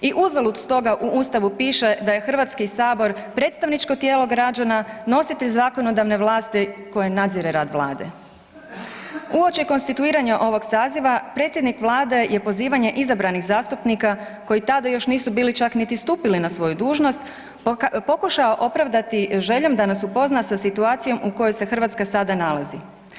I uzalud stoga u Ustavu piše da je „Hrvatski sabor predstavničko tijelo građana, nositelj zakonodavne vlasti koje nadzire rad Vlade“ Uoči konstituiranja ovog saziva, predsjednik Vlade je pozivanje izabranih zastupnika koji tada još nisu bili čak niti stupili na svoju dužnost, pokušao opravdati željom da nas upozna sa situacijom u kojoj se Hrvatska sada nalazi.